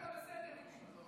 היית בסדר איתי.